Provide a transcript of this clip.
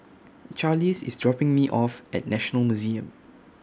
Charlize IS dropping Me off At National Museum